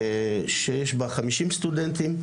שיש בה חמישים סטודנטים,